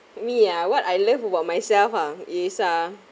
me ah what I love about myself ah is uh